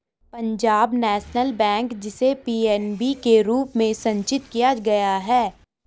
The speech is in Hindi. पंजाब नेशनल बैंक, जिसे पी.एन.बी के रूप में संक्षिप्त किया गया है